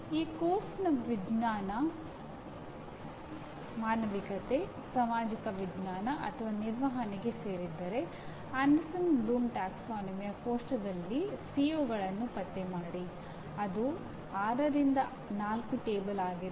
ಈ ಪಠ್ಯಕ್ರಮ ವಿಜ್ಞಾನ ಮಾನವಿಕತೆ ಸಾಮಾಜಿಕ ವಿಜ್ಞಾನ ಅಥವಾ ನಿರ್ವಹಣೆಗೆ ಸೇರಿದ್ದರೆ ಆಂಡರ್ಸನ್ ಬ್ಲೂಮ್ ಪ್ರವರ್ಗ ಕೋಷ್ಟಕದಲ್ಲಿ ಸಿಒಗಳನ್ನು ಪತ್ತೆ ಮಾಡಿ ಅದು 6 ರಿಂದ 4 ಟೇಬಲ್ ಆಗಿದೆ